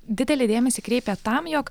didelį dėmesį kreipė tam jog